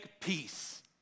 peace